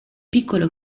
piccolo